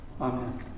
Amen